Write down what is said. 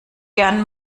gerne